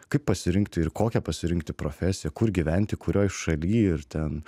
kaip pasirinkti ir kokią pasirinkti profesiją kur gyventi kurioj šaly ir ten